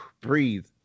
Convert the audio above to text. breathe